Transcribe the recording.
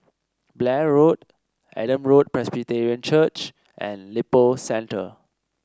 Blair Road Adam Road Presbyterian Church and Lippo Centre